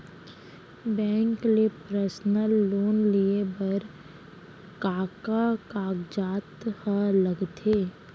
Bank ले personal loan लेये बर का का कागजात ह लगथे?